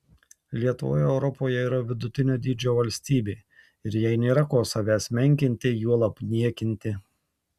lietuva europoje yra vidutinio dydžio valstybė ir jai nėra ko savęs menkinti juolab niekinti